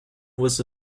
was